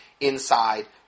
inside